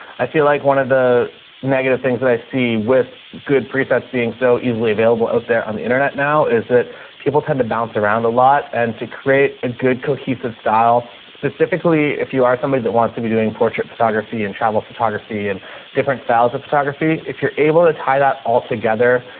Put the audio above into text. i feel like one of the negative things that i see with good presets being so easily available out there on the internet now is that people tend to bounce around a lot and to create a good cohesive style. specifically if you are somebody that wants to be doing portrait photography and travel photography and different styles of photography, if you're able to tie that all together,